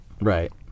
Right